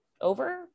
over